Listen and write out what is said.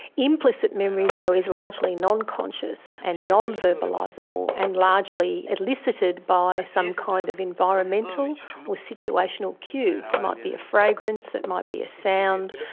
implicit memory though is largely non-conscious and non-verbalisable, and largely elicited by some kind of environmental or situational cue. it might be a fragrance, it might be a sound,